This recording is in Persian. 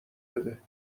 بده